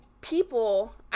people